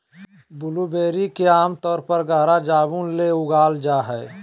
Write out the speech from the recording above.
blueberry के आमतौर पर गहरा जामुन ले उगाल जा हइ